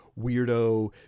weirdo